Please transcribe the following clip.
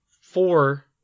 four